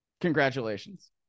Congratulations